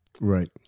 right